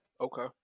Okay